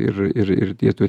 ir ir ir jie turi